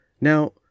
Now